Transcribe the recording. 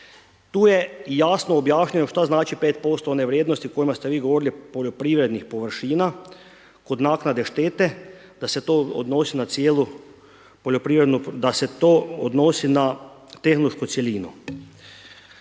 Tu je jasno objašnjeno što znači pet posto one vrijednosti o kojima ste vi govorili poljoprivrednih površina kod naknade štete, da se to odnosi na cijelu